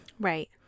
Right